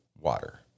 water